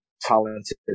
talented